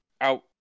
out